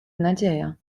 nadzieja